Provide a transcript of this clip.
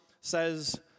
says